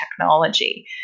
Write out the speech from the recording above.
technology